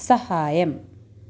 സഹായം